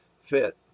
fit